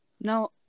No